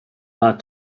not